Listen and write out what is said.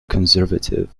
conservative